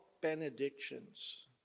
benedictions